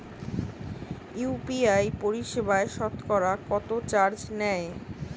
UPI পরিসেবায় সতকরা কতটাকা চার্জ নেয়?